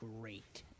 great